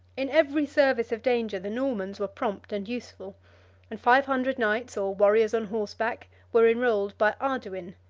in every service of danger the normans were prompt and useful and five hundred knights, or warriors on horseback, were enrolled by arduin,